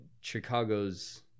Chicago's